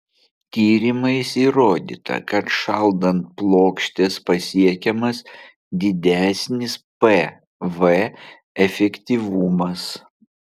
tyrimais įrodyta kad šaldant plokštes pasiekiamas didesnis pv efektyvumas